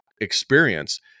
experience